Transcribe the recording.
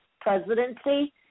presidency